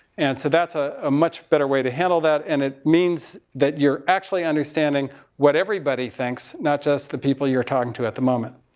and so that's a, a much better way to handle that. and it means that you're actually understanding what everybody thinks. not just the people you're talking to at the moment.